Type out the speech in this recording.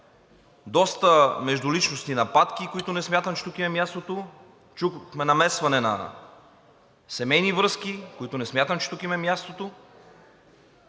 доста междуличностни нападки, които не смятам, че тук им е мястото. Чухме намесване на семейни връзки, които не смятам, че тук им е мястото,